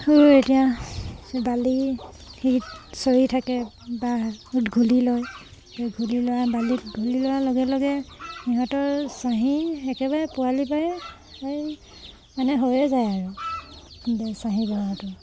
এতিয়া বালি হেৰিত চৰি থাকে বা ঘূলি লয় সেই ঘূলি লোৱা বালিত ঘূলি লোৱাৰ লগে লগে ইহঁতৰ চাহী একেবাৰে পোৱালিৰপৰাই মানে হৈয়ে যায় আৰু এই চাহী বেমাৰটো